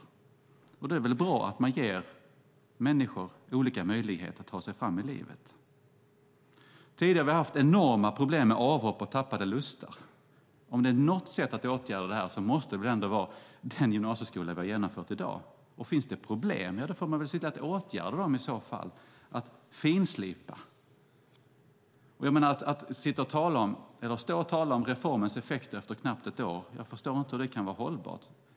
Då är det väl bra att man ger människor olika möjligheter att ta sig fram i livet. Tidigare har vi haft enorma problem med avhopp och tappade lustar. Om det är något sätt att åtgärda det här måste det väl ändå vara den gymnasieskola som vi nu har genomfört. Finns det problem får man väl se till att åtgärda dem, att finslipa. Att tala om reformens effekter efter knappt ett år förstår jag inte hur det kan vara hållbart.